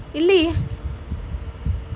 இல்லையே:illayae